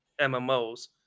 MMOs